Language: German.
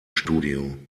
studio